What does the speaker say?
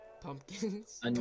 pumpkins